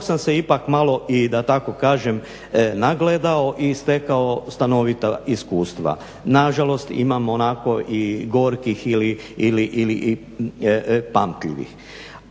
sam se ipak malo i da tako kažem nagledao i stekao iskustva. Nažalost imamo onako i gorkih ili pamtljivih.